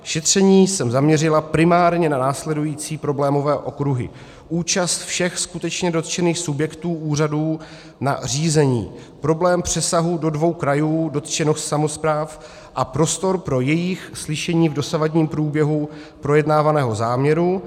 Šetření jsem zaměřila primárně na následující problémové okruhy: (1) účast všech skutečně dotčených subjektů úřadů na řízení, problém přesahu do dvou krajů dotčených samospráv a prostor pro jejich slyšení v dosavadním průběhu projednávaného záměru;